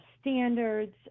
standards